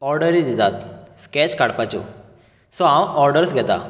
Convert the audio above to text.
ऑर्डरी दितात स्केच काडपाच्यो सो हांव ऑर्डस घेता